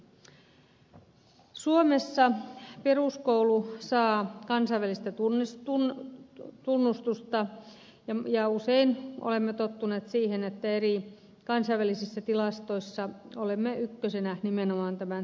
suomen peruskoulu saa kansainvälistä tunnustusta ja usein olemme tottuneet siihen että eri kansainvälisissä tilastoissa olemme ykkösenä nimenomaan tämän peruskoulumme ansiosta